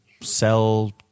sell